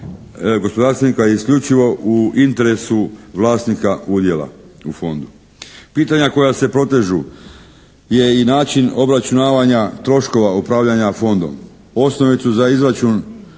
gospodarstvenika isključivo u interesu vlasnika udjela u fondu. Pitanja koja se protežu je i način obračunavanja troškova upravljanja fondom. Osnovicu za izračun